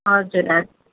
हजुर